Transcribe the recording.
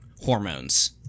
hormones